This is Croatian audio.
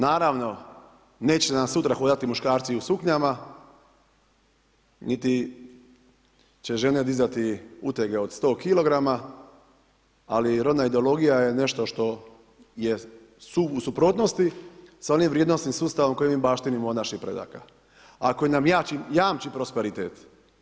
Naravno neće nam sutra hodati muškarci u suknjama, niti će žene dizati utege od 100 kg, ali rodna ideologija je nešto što je u suprotnosti sa onim vrijednosnim sustavom koji mi baštinimo od naših predaka a koji nam jamči prosperitet.